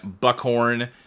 Buckhorn